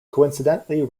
coincidentally